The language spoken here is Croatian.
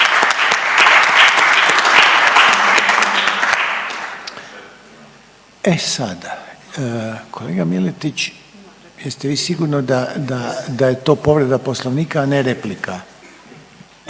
E sada, kolega Miletić jeste vi sigurni da, da je to povreda Poslovnika, a ne replika?